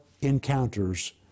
encounters